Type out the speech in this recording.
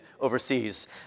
overseas